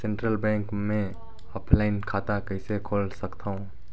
Central bank मे offline खाता कइसे खोल सकथव?